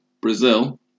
Brazil